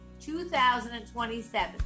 2027